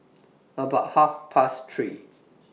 about Half Past three